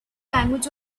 language